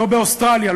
לא באוסטרליה,